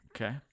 okay